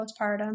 postpartum